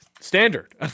standard